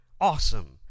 awesome